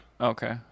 Okay